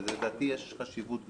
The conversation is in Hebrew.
ובזה לדעתי יש חשיבות גדולה,